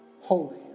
holy